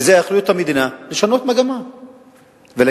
וזה אחריות המדינה לשנות מגמה ולהגיד,